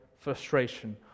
frustration